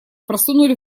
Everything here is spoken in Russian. просунули